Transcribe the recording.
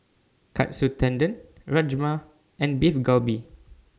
Katsu Tendon Rajma and Beef Galbi